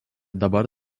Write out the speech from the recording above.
dabar